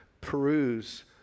peruse